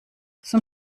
zum